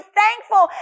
thankful